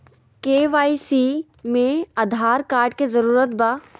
KYC में Aadhaar card के जरूरत बा?